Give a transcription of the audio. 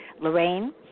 lorraine